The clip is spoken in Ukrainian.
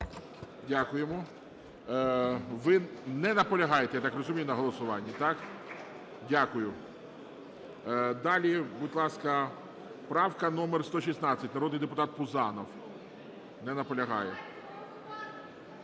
Дякуємо. Ви не наполягаєте, я так розумію, на голосуванні, так? Дякую. Далі, будь ласка, правка 116, народний депутат Пузанов. Не наполягає.